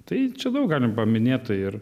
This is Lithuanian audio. tai čia galim paminėt tai ir